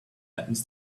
happens